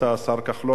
השר כחלון,